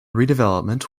redevelopment